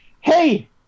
hey